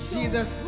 Jesus